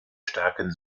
starken